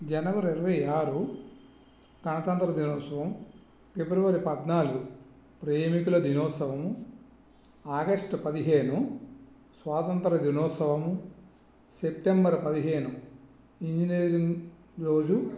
జనవరి ఇరవై ఆరు గణతంత్ర దినోత్సవము ఫిబ్రవరి పద్నాలుగు ప్రేమికుల దినోత్సవము ఆగస్టు పదిహేను స్వాతంత్ర దినోత్సవము సెప్టెంబర్ పదిహేను ఇంజినీరింగ్ రోజు